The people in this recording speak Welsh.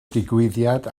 digwyddiad